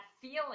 feeling